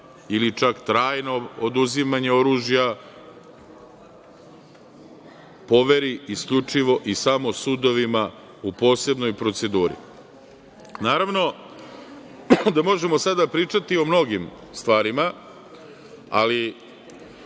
ili čak trajno oduzimanje oružja poveri isključivo i samo sudovima u posebnoj proceduri. Naravno da možemo sada pričati o mnogim stvarima, ali